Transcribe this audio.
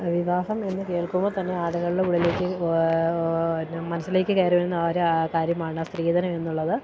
വിവാഹം എന്ന് കേൾക്കുമ്പോള്ത്തന്നെ ആളുകളുടെ ഉള്ളിലേക്ക് മനസ്സിലേക്ക് കയറിവരുന്ന ഒരു കാര്യമാണ് സ്ത്രീധനമെന്നുള്ളത്